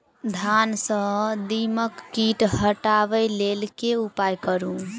धान सँ दीमक कीट हटाबै लेल केँ उपाय करु?